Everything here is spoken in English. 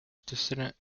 dissident